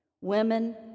Women